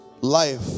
life